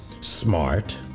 smart